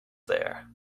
there